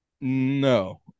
No